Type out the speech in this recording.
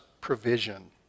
provision